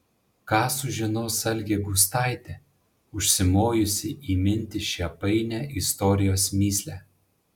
ką sužinos algė gustaitė užsimojusi įminti šią painią istorijos mįslę